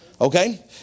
Okay